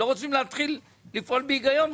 הם לא רוצים להתחיל לפעול בהיגיון,